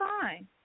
fine